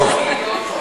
טוב.